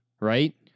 right